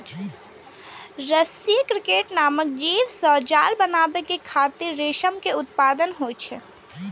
रसी क्रिकेट नामक जीव सं जाल बनाबै खातिर रेशम के उत्पादन होइ छै